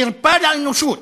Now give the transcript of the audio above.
חרפה לאנושות,